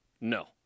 No